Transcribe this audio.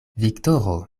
viktoro